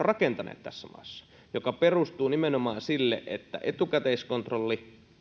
rakentaneet tässä maassa työperäisen maahanmuuttolainsäädännön joka perustuu nimenomaan sille että on etukäteiskontrolli